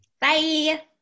Bye